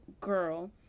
girl